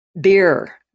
beer